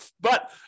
But-